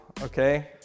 okay